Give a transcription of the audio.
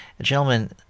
gentlemen